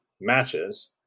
matches